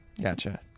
Gotcha